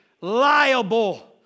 liable